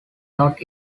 not